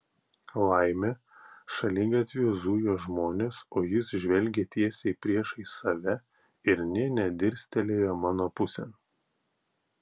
laimė šaligatviu zujo žmonės o jis žvelgė tiesiai priešais save ir nė nedirstelėjo mano pusėn